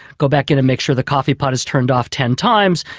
go back in and make sure the coffee pot is turned off ten times,